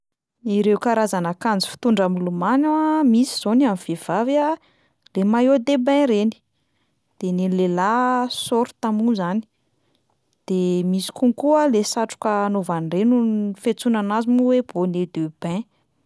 Ireo karazan'akanjo fitondra milomano a: misy zao ny an'ny vehivavy a le maillot de bain reny, de ny an'ny lehilahy a short moa zany de misy konko a le satroka anaovana ireny n- fiantsoana anazy moa hoe bonnet de bain.